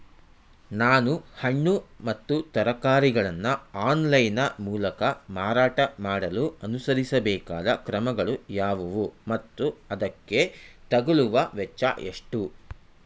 ನಾನು ಹಣ್ಣು ಮತ್ತು ತರಕಾರಿಗಳನ್ನು ಆನ್ಲೈನ ಮೂಲಕ ಮಾರಾಟ ಮಾಡಲು ಅನುಸರಿಸಬೇಕಾದ ಕ್ರಮಗಳು ಯಾವುವು ಮತ್ತು ಅದಕ್ಕೆ ತಗಲುವ ವೆಚ್ಚ ಎಷ್ಟು?